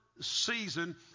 season